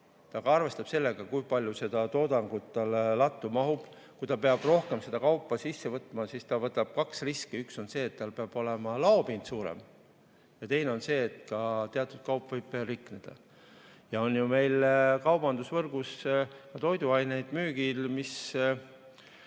Ta arvestab sellega, kui palju toodangut talle lattu mahub. Kui ta peab rohkem kaupa sisse võtma, siis ta võtab kaks riski. Üks on see, et tal peab olema suurem laopind, ja teine on see, et teatud kaup võib rikneda. Meil on ju kaubandusvõrgus toiduaineid müügil, mida